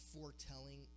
foretelling